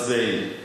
מצביעים.